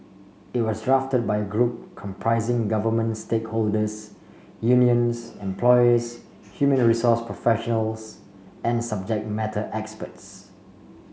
it was drafted by group comprising government stakeholders unions employers human resource professionals and subject matter experts